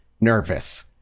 nervous